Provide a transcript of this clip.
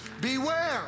beware